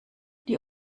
die